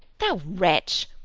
thou wretch!